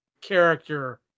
character